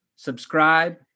subscribe